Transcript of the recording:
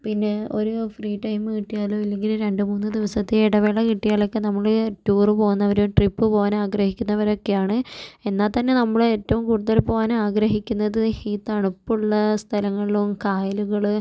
പിന്നെ ഒരു free time കിട്ടിയാലോ ഇല്ലെങ്കില് രണ്ടു മൂന്നു ദിവസത്തെ ഇടവേള കിട്ടിയാലൊക്കെ നമ്മള് ടൂറ് പോകുന്നവര് ട്രിപ്പ് പോകാൻ ആഗ്രഹിക്കുന്നവരൊക്കെയാണ് എന്നാൽ തന്നെ നമ്മള് ഏറ്റവും കൂടുതല് പോകാന് ആഗ്രഹിക്കുന്നത് ഈ തണുപ്പുള്ള സ്ഥലങ്ങളിലും കായലുകള്